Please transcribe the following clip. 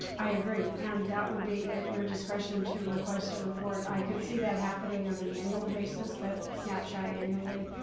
i agree. and that would be at your discretion to request a report. i can see that happening on an annual basis, that snapshot annually.